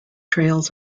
trails